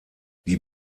die